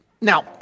Now